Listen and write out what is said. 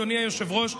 אדוני היושב-ראש,